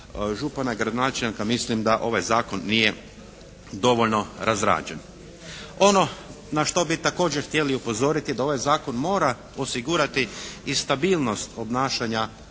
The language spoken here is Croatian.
župana i gradonačelnika mislim da ovaj zakon nije dovoljno razrađen. Ono na što bi također htjeli upozoriti je da ovaj zakon mora osigurati i stabilnost obnašanja